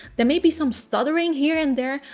there may be some stuttering here and there,